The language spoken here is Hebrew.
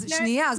שנייה,